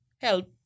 help